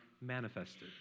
manifested